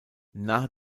nahe